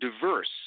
diverse